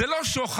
זה לא שוחד,